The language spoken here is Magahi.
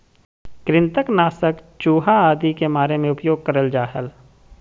कृंतक नाशक चूहा आदि के मारे मे उपयोग करल जा हल